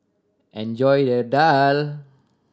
enjoy your daal